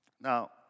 Now